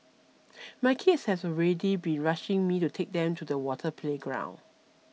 my kids have already be rushing me to take them to the water playground